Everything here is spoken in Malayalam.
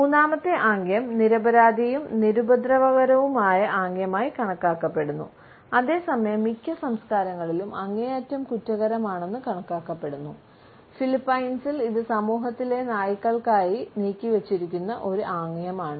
മൂന്നാമത്തെ ആംഗ്യം നിരപരാധിയും നിരുപദ്രവകരവുമായ ആംഗ്യമായി കണക്കാക്കപ്പെടുന്നു അതേസമയം മിക്ക സംസ്കാരങ്ങളിലും അങ്ങേയറ്റം കുറ്റകരമാണെന്ന് കണക്കാക്കപ്പെടുന്നു ഫിലിപ്പൈൻസിൽ ഇത് സമൂഹത്തിലെ നായ്ക്കൾക്കായി നീക്കിവച്ചിരിക്കുന്ന ഒരു ആംഗ്യമാണ്